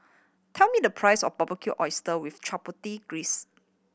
tell me the price of Barbecued Oyster with Chipotle